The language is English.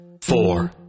four